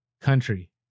country